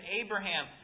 Abraham